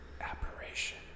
apparition